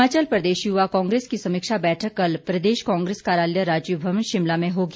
हिमाचल प्रदेश युवा कांग्रेस की समीक्षा बैठक कल प्रदेश कांग्रेस कार्यालय राजीव भवन शिमला में होगी